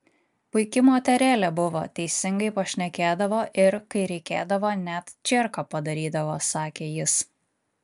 puiki moterėlė buvo teisingai pašnekėdavo ir kai reikėdavo net čierką padarydavo sakė jis